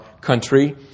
country